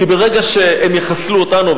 כי ברגע שהם יחסלו אותנו,